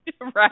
Right